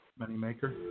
Moneymaker